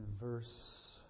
verse